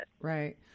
Right